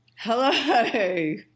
hello